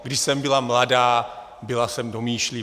Když jsem byla mladá, byla jsem domýšlivá.